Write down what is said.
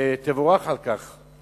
ותבורך על כך.